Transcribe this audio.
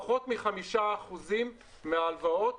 פחות מ-5% מההלוואות